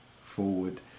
forward